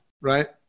right